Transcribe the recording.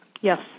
Yes